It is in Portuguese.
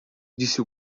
disse